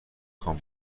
خوان